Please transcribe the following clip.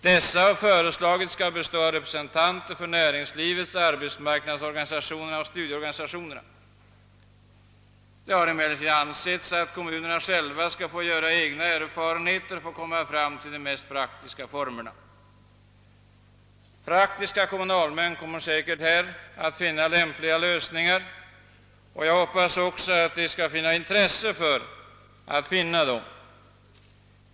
Dessa har föreslagits skola bestå av representanter för näringslivet, arbetsmarknadsorganisationerna och studieorganisationerna. Det har emellertid ansetts att kommunerna själva skall få göra sina egna erfarenheter för att komma fram till de mest praktiska formerna. Praktiska kommunalmän kommer säkerligen här att finna lämpliga lösningar, och jag hoppas också att de har intresse för att finna dem.